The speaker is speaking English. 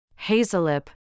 Hazelip